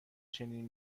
چنین